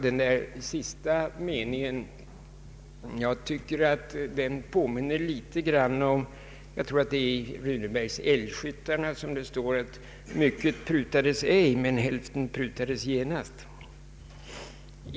Jag tycker att den sista meningen påminner litet grand om Runebergs Älgskyttarna, där det talas om att mycket prutades ej, men hälften prutades genast.